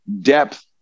depth